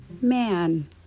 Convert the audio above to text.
man